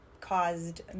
caused